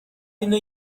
اینو